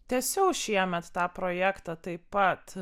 tęsiau šiemet tą projektą taip pat